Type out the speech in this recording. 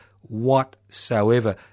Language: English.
whatsoever